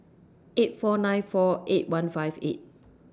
eight four nine four eight one five eight